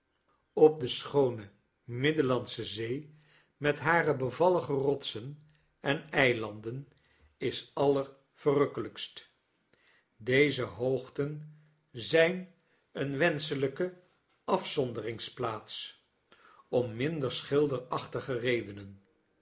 op de schoone middellandsche zee met hare bevallige rotsen en eilanden is allerverrukkendst deze hoogten zijn een wenschelijke afzonderingsplaats om minder schilderachtige redenen